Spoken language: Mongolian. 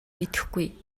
мэдэхгүй